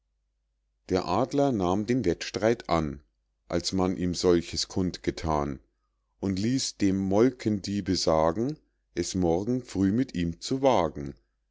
der adler nahm den wettstreit an als man ihm solches kund gethan und ließ dem molkendiebe sagen es morgen früh mit ihm zu wagen